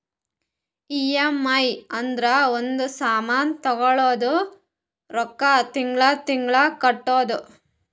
EMI ಅಂದುರ್ ಒಂದ್ ಸಾಮಾನ್ ತಗೊಳದು ರೊಕ್ಕಾ ತಿಂಗಳಾ ತಿಂಗಳಾ ಕಟ್ಟದು